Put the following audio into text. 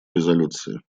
резолюции